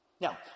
Now